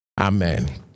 amen